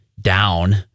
down